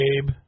Gabe